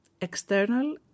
external